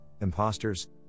imposters